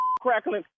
crackling